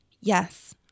Yes